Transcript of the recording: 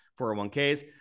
401ks